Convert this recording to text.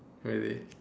really